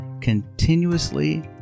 continuously